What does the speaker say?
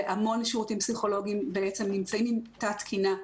והמון שירותים פסיכולוגים בעצם נמצאים עם תת תקינה.